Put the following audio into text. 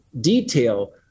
detail